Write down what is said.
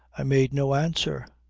i made no answer.